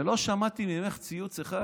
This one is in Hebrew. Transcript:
ולא שמעתי ממך ציוץ אחד.